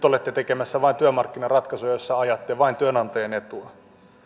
olette tekemässä vain työmarkkinaratkaisuja jossa ajatte vain työnantajan etua